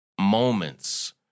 moments